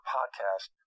Podcast